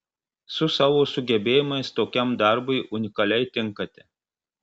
su savo sugebėjimais tokiam darbui unikaliai tinkate